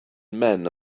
men